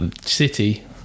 City